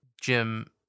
Jim